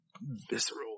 visceral